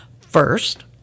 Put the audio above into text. First